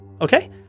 Okay